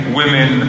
women